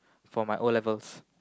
for my O-levels